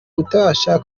utabasha